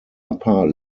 upper